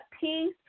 Peace